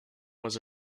was